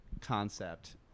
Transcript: concept